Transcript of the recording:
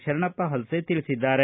ಶರಣಪ್ಪ ಹಲಸೆ ತಿಳಿಸಿದ್ದಾರೆ